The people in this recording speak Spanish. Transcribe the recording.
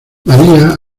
maría